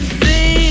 see